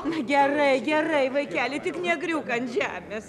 na gerai gerai vaikeli tik negriūk ant žemės